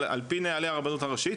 אבל על פי נוהלי הרבנות הראשית,